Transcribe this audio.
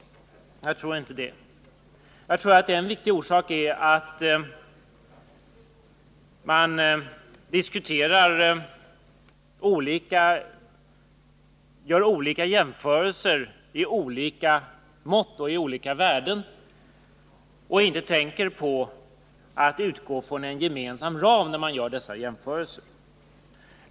Jag tror inte det. Jag tror atten viktig orsak är att man gör jämförelserna i olika mått och i olika värden och inte tänker på att utgå från en gemensam ram när man gör dessa jämförelser.